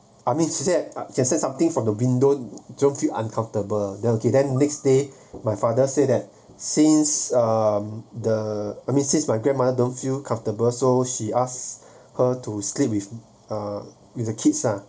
I mean she said up just said something from the window don't feel uncomfortable then okay then next day my father say that since um the I mean since my grandmother don't feel comfortable so she ask her to sleep with uh with the kids lah